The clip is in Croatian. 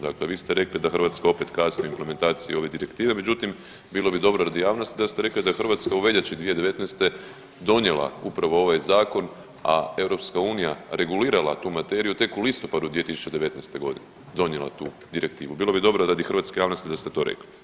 Dakle, vi ste rekli da Hrvatska opet kasni u implementaciji ove direktive međutim bilo bi dobro radi javnosti da ste rekli da je Hrvatska u veljači 2019. donijela upravo ovaj zakon, a EU regulirala tu materiju tek u listopadu 2019. godine, donijela tu direktivu, bilo bi dobro radi hrvatske javnosti da ste to rekli.